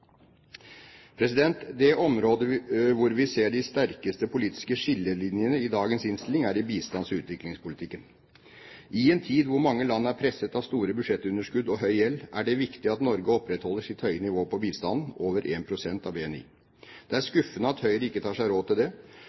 Det området hvor vi ser de sterkeste politiske skillelinjene i dagens innstilling, er i bistands- og utviklingspolitikken. I en tid hvor mange land er presset av store budsjettunderskudd og høy gjeld, er det viktig at Norge opprettholder sitt høye nivå på bistanden – over 1 pst. av BNI. Det er skuffende at Høyre ikke tar seg råd til det.